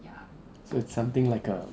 so it's something like a